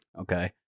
Okay